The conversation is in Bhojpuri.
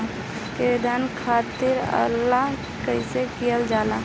ऋण खातिर आवेदन कैसे कयील जाला?